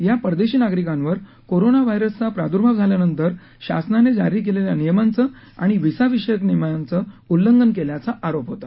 या परदेशी नागरिकांवर कोरोनाव्हायरसचा प्रादुर्भाव झाल्यानंतर शासनाने जारी केलेल्या नियमांचं आणि व्हिसाविषयक नियमांचं उल्लंघन केल्याचा आरोप होता